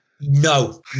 No